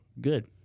good